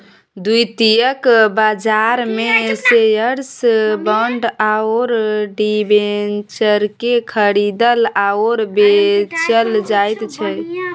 द्वितीयक बाजारमे shares bond आओर डिबेंचरकेँ खरीदल आओर बेचल जाइत छै